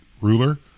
ruler